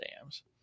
dams